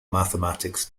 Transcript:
mathematics